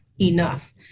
enough